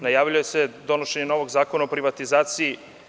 Najavljuje se donošenje novog Zakona o privatizaciji.